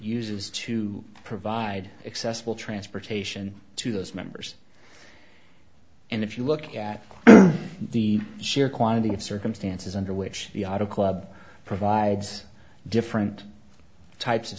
uses to provide accessible transportation to those members and if you look at the sheer quantity of circumstances under which the auto club provides different types of